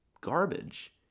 garbage